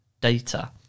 data